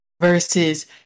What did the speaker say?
Versus